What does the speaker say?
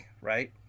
right